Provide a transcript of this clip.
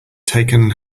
taken